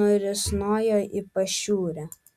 nurisnojo į pašiūrę